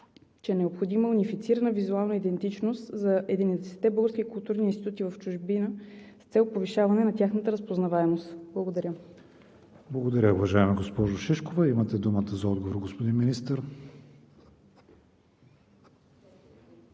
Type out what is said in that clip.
че е необходима унифицирана визуална идентичност за 11-те български културни институти в чужбина с цел повишаване на тяхната разпознаваемост. Благодаря. ПРЕДСЕДАТЕЛ КРИСТИАН ВИГЕНИН: Благодаря, уважаема госпожо Шишкова. Имате думата за отговор, господин Министър.